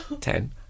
Ten